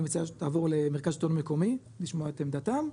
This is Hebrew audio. אני מציע שתעבור למרכז השלטון המקומי לשמוע את עמדתם,